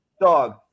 dog